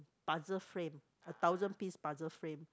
puzzle frame a thousand piece puzzle frame